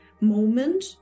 moment